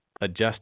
Adjust